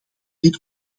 dit